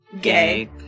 Gay